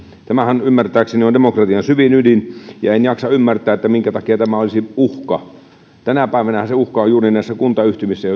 tämähän ymmärtääkseni on demokratian syvin ydin ja en jaksa ymmärtää minkä takia tämä olisi uhka tänä päivänähän se uhka on juuri näissä kuntayhtymissä